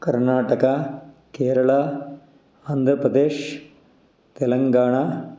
Karnataka Kerala Andhra Pradesh Telangana